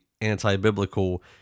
anti-biblical